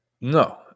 No